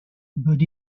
but